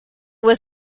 was